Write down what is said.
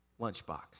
lunchbox